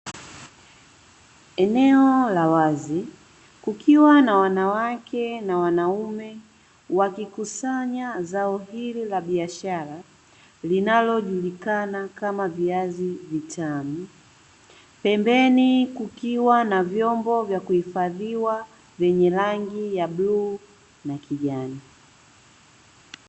Eneo la wazi, kukiwa na wanawake na wanaume wakikusanya zao hili la biashara linalojulikana kama viazi vitamu. Pembeni kukiwa na vyombo vya kuhifadhiwa vyenye rangi ya bluu na kijani.